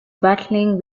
battling